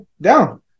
down